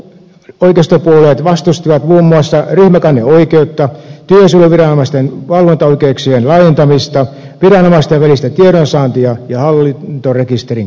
molemmat oikeistopuolueet vastustivat muun muassa ryhmäkanneoikeutta työsuojeluviranomaisten valvontaoikeuksien laajentamista viranomaisten välistä tiedonsaantia ja hallintarekisterin käyttöönottoa